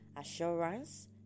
assurance